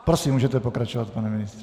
Prosím, můžete pokračovat, pane ministře.